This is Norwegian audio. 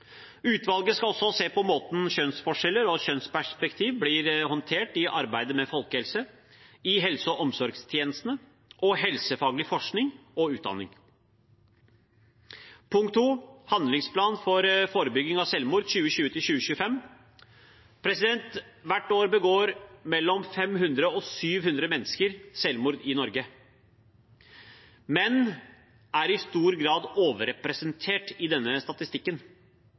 Utvalget skal også se på måten kjønnsforskjeller og kjønnsperspektivet blir håndtert i arbeidet med folkehelse, i helse- og omsorgstjenestene og helsefaglig forskning og utdanning Punkt 2 er handlingsplan for forebygging av selvmord 2020–2025. Hvert år begår mellom 500 og 700 mennesker selvmord i Norge. Menn er i stor grad overrepresentert i denne statistikken.